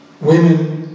women